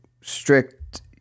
strict